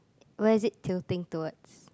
where is it tilting towards